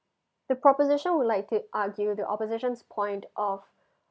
the proposition would like to argue the opposition's point of